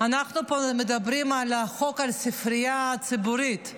אנחנו מדברים פה על החוק על הספריות הציבוריות.